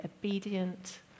obedient